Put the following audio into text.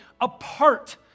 apart